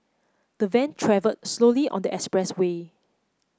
the van travelled slowly on the expressway